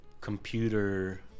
computer